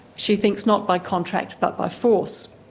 she thinks, not by contract but by force.